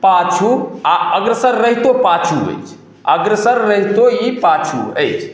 पाछू आ अग्रसर रहितो पाछू अछि अग्रसर रहितो ई पाछू अछि